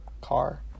Car